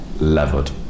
levered